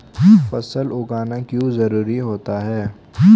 फसल उगाना क्यों जरूरी होता है?